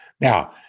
Now